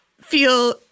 feel